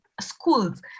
schools